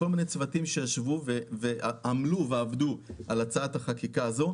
כל מיני צוותים שישבו ועמלו על הצעת החקיקה הזאת.